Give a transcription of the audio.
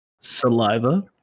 Saliva